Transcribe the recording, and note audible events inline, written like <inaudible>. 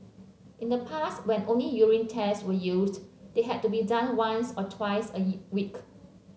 in the past when only urine tests were used they had to be done once or twice a <unintelligible> week